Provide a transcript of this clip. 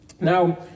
Now